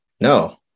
No